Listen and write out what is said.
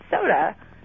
soda